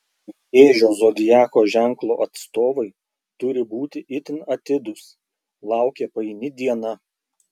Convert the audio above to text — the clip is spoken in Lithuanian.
vėžio zodiako ženklo atstovai turi būti itin atidūs laukia paini diena